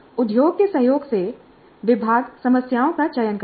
उद्योग के सहयोग से विभाग समस्याओं का चयन करता है